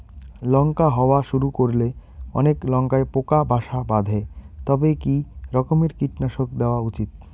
লঙ্কা হওয়া শুরু করলে অনেক লঙ্কায় পোকা বাসা বাঁধে তবে কি রকমের কীটনাশক দেওয়া উচিৎ?